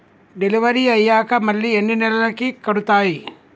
Delivery అయ్యాక మళ్ళీ ఎన్ని నెలలకి కడుతాయి?